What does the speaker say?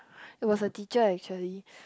it was a teacher actually